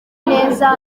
neza